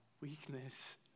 weakness